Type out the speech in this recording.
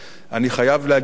אני חייב לומר עוד